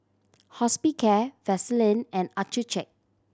Hospicare Vaselin and Accucheck